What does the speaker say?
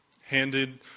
handed